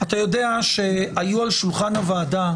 אתה יודע שהיו על שולחן הוועדה,